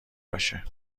باشه